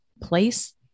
place